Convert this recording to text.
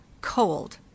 cold